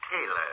Taylor